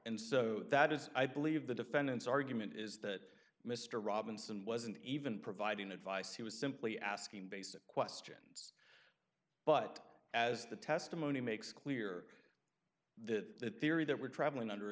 and so that is i believe the defendant's argument is that mr robinson wasn't even providing advice he was simply asking basic questions but as the testimony makes clear the theory that we're traveling under